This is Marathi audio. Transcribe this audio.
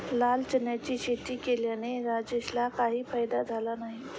लाल चण्याची शेती केल्याने राजेशला काही फायदा झाला नाही